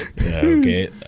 okay